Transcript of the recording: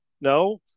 no